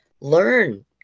learn